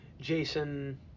Jason